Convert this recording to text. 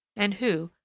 and who,